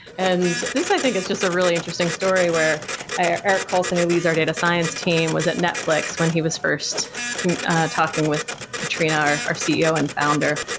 and this i think is just a really interesting story, where ah eric colson who leads our data science team was at netflix when he was first talking with katrina our our ceo and founder.